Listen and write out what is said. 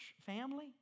family